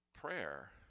prayer